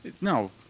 No